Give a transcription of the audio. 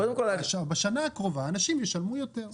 בשנה הקרובה אנשים ישלמו יותר.